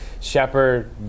Shepard